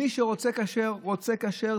מי שרוצה כשר רוצה כשר.